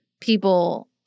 people